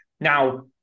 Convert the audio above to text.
Now